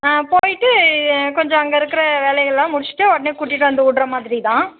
ஆ போய்ட்டு கொஞ்சம் அங்கே இருக்கிற வேலை எல்லாம் முடிஷ்ட்டு உட்னே கூட்டிகிட்டு வந்து விடுற மாதிரி தான்